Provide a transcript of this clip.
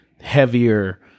heavier